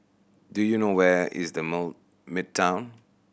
do you know where is The Midtown